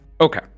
Okay